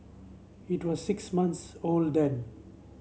it was six months old then